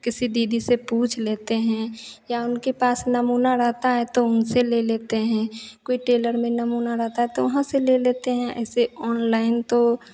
किसी दीदी से पूछ लेते हैं या उनके पास नमूना रहता है तो उनसे ले लेते हैं कोई टेलर में नमूना रहता है तो वहाँ से ले लेते हैं ऐसे ऑनलाइन तो